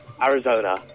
Arizona